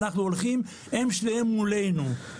אנחנו הולכים הם שניהם מולנו,